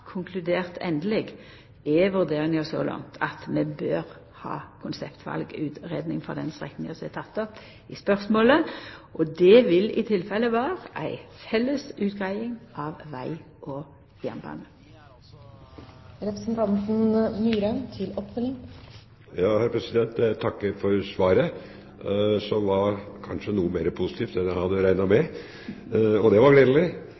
konkludert endeleg, er vurderinga så langt at vi bør ha konseptvalutgreiing for den strekninga som er teken opp i spørsmålet. Det vil i tilfelle vera ei felles utgreiing av veg og jernbane. Jeg takker for svaret, som var kanskje noe mer positivt enn jeg hadde regnet med, og det var gledelig.